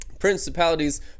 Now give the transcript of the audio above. Principalities